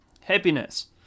happiness